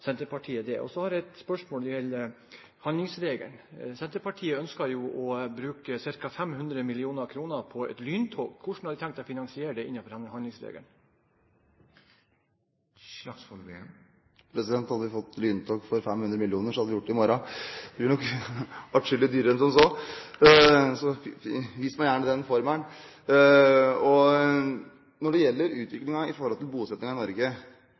Senterpartiet det? Så har jeg et spørsmål når det gjelder handlingsregelen: Senterpartiet ønsker jo å bruke ca. 500 mill. kr på et lyntog. Hvordan har de tenkt å finansiere det innenfor denne handlingsregelen? Hadde vi fått lyntog for 500 mill. kr, så hadde vi gjort det i morgen. Det blir nok adskillig dyrere enn som så. Vis meg gjerne den formelen. Når det gjelder utviklingen av bosettingen i Norge, er jeg ikke enig i